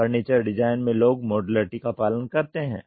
furniture design में लोग modularity का पालन करते हैं